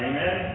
Amen